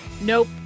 Nope